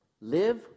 Live